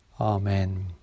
Amen